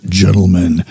gentlemen